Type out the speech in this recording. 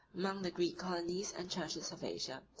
among the greek colonies and churches of asia,